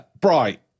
Bright